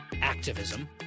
activism